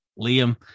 liam